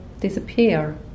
disappear